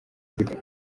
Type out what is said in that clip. gute